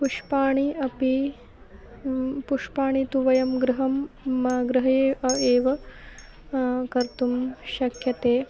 पुष्पाणि अपि पुष्पाणि तु वयं गृहे गृहे एव कर्तुं शक्यते